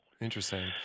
Interesting